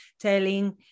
telling